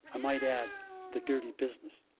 i might add the dirty business.